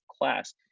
class